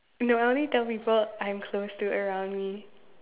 no I only tell people I am close to around me